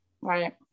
Right